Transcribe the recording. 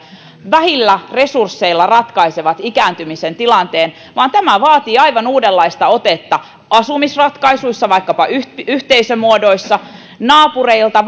vähillä resursseilla ratkaisevat ikääntymisen tilanteen vaan tämä vaatii aivan uudenlaista otetta asumisratkaisuissa vaikkapa yhteisömuodoissa naapureilta